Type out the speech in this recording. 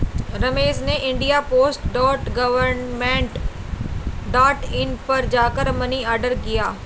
रमेश ने India post dot government dot in पर जा कर मनी ऑर्डर किया